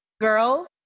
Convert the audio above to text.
girls